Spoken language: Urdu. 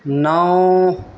نو